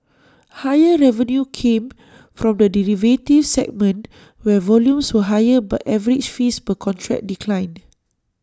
higher revenue came from the derivatives segment where volumes were higher but average fees per contract declined